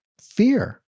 fear